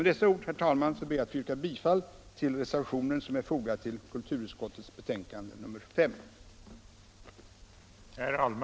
Med dessa ord ber jag, herr talman, att få yrka bifall till reservationen som är fogad till kulturutskottets betänkande nr 5.